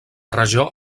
regió